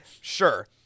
Sure